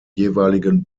jeweiligen